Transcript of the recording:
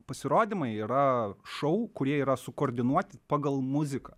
pasirodymai yra šou kurie yra sukoordinuoti pagal muziką